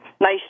nice